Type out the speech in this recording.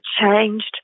changed